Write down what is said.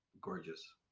gorgeous